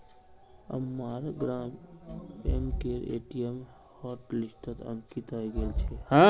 अम्मार ग्रामीण बैंकेर ए.टी.एम हॉटलिस्टत अंकित हइ गेल छेक